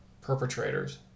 perpetrators